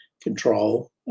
control